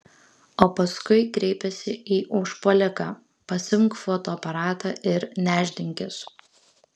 o paskui kreipėsi į užpuoliką pasiimk fotoaparatą ir nešdinkis